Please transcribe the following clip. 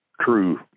true